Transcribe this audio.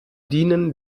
dienen